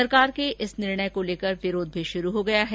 सरकार के इस निर्णय को लेकर विरोध भी शुरू हो गया है